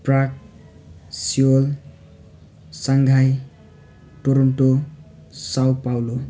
Prague Seoul Shanghai Toronto Sao Paulo